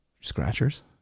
Scratchers